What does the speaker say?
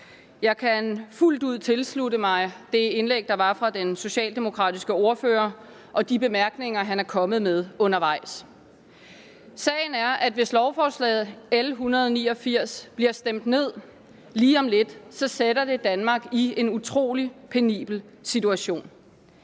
Jeg kan fuldt ud tilslutte mig det indlæg, der var fra den socialdemokratiske ordfører, og de bemærkninger, han er kommet med undervejs. Sagen er, at hvis lovforslaget, L 189, bliver stemt ned lige om lidt, så sætter det Danmark i en utrolig penibel situation.